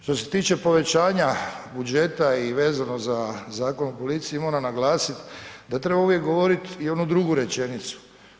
Što se tiče povećanja budžeta i vezano za Zakon o policiji, moram naglasit da treba uvijek govorit i onu drugu rečenicu.